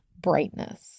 brightness